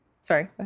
sorry